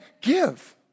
give